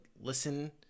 listen